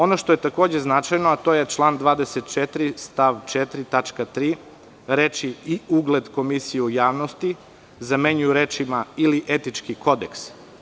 Ono što je takođe značajno, a to je član 24. stav 4. tačka 3, reči - i ugled komisije u javnosti, zamenjuju rečima - ili etički kodeks.